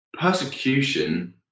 Persecution